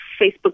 Facebook